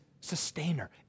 sustainer